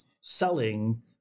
selling